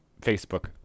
Facebook